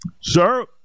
Sir